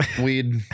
weed